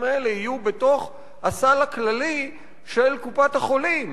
האלה יהיו בתוך הסל הכללי של קופת-החולים,